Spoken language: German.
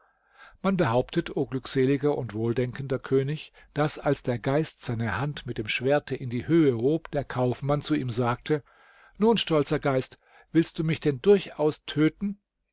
man behauptet o glückseliger und wohldenkender könig daß als der geist seine hand mit dem schwerte in die höhe hob der kaufmann zu ihm sagte nun stolzer geist willst du mich denn durchaus töten